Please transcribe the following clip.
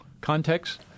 Context